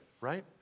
right